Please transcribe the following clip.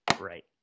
Right